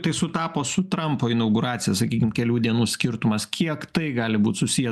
tai sutapo su trampo inauguracija sakykim kelių dienų skirtumas kiek tai gali būt susiję